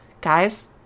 guys